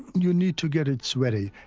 you need to get it sweaty.